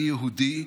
אני יהודי.